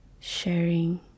Sharing